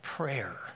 prayer